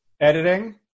Editing